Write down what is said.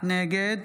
נגד